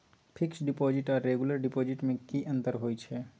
Fix deposit आर regular deposit में की अंतर होय छै?